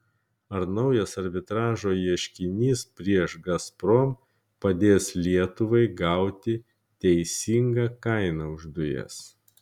ar naujas arbitražo ieškinys prieš gazprom padės lietuvai gauti teisingą kainą už dujas